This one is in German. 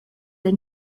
ein